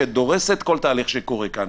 שדורסת כל תהליך שקורה כאן.